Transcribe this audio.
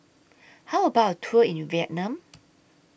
How about A Tour in Vietnam